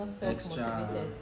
extra